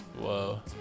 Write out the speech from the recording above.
Whoa